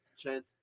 Chance